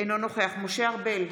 אינו נוכח משה ארבל,